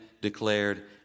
declared